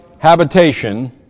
Habitation